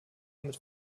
mit